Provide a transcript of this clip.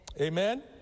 Amen